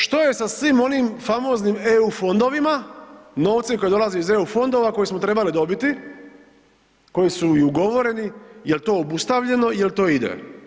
Što je sa svim onim famoznim EU fondovima, novcem koji dolazi iz EU fondova, koji smo trebali dobiti, koji su i ugovoreni, jel to obustavljeno, jel to ide?